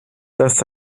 das